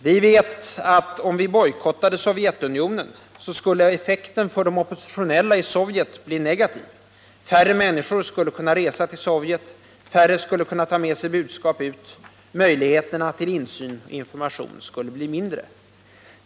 Vi vet att, om vi bojkottade Sovjetunionen, skulle effekten för de oppositionella i Sovjet bli negativ. Färre människor skulle kunna resa till Sovjet, färre skulle kunna ta med sig budskap ut, och möjligheterna till insyn och information skulle bli mindre.